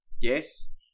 Yes